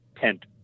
tent